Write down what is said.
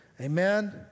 Amen